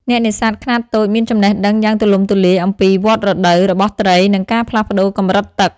អ្នកនេសាទខ្នាតតូចមានចំណេះដឹងយ៉ាងទូលំទូលាយអំពី វដ្តរដូវ របស់ត្រី និងការផ្លាស់ប្តូរកម្រិតទឹក។